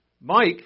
Mike